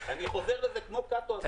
אני חוזר על זה כמו קאטו הזקן.